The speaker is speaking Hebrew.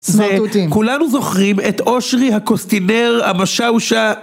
וכולנו זוכרים את אושרי הקוסטינר המשאושה